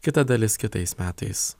kita dalis kitais metais